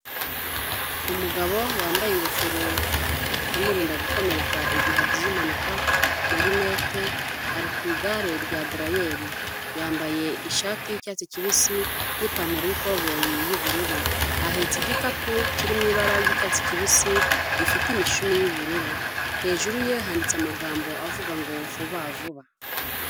Umugabo wambaye ingofero imurinda gukomereka igihe agize impanuka na rinete, ari ku igare rya darayeri, yambaye ishati y'icyatsi kibisi n'ipantaro y'ikoboyi y'ubururu, ahetse igikapu kiri mu ibara ry'icyatsi kibisi gifite imishumi y'ubururu, hejuru ye handitse amagambo avuga ngo vuba vuba.